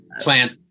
plant